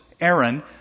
Aaron